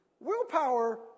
Willpower